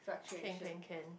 can can can